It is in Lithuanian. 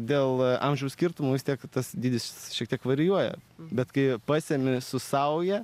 dėl amžiaus skirtumų vis tiek tas dydis šiek tiek varijuoja bet kai pasemi su sauja